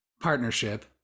partnership